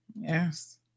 yes